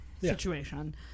situation